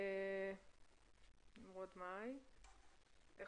איך